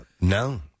No